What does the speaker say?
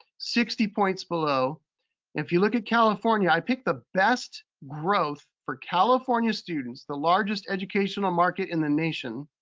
sixty points below. and if you look at california, i picked the best growth for california students, the largest educational market in the nation,